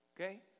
okay